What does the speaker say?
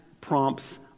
prompts